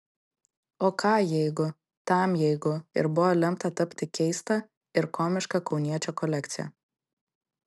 o ką jeigu tam jeigu ir buvo lemta tapti keista ir komiška kauniečio kolekcija